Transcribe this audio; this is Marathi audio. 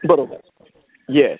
बरोबर येस